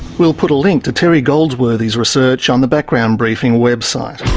we'll put a link to terry goldsworthy's research on the background briefing website.